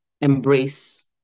embrace